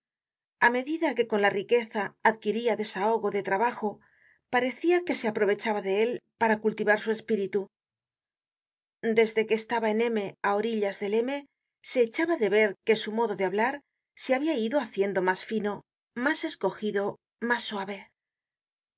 a medida que con la riqueza adquiria desahogo de trabajo parecia que se aprovechaba de él para cultivar su espíritu desde que estaba en m á orillas del m se echaba de ver que su modo de hablar se habia ido haciendo mas fino mas escogido mas suave